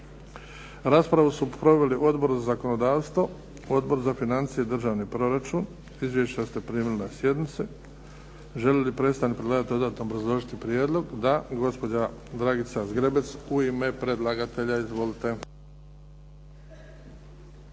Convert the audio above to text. Raspravu su proveli Odbor za zakonodavstvo, Odbor za financije i državni proračun. Izvješća ste primili na sjednici. Želi li predstavnik predlagatelja dodatno obrazložiti prijedlog? Da. Gospođa Dragica Zgrebec u ime predlagatelja. Izvolite.